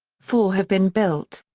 four have been built.